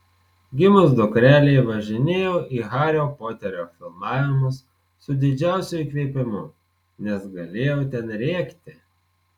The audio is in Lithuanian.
gimus dukrelei važinėjau į hario poterio filmavimus su didžiausiu įkvėpimu nes galėjau ten rėkti